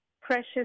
precious